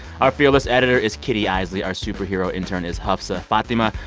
our fearless editor is kitty eisele. our superhero intern is hafsa fathima.